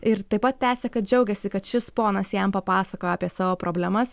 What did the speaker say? ir taip pat tęsia kad džiaugiasi kad šis ponas jam papasakojo apie savo problemas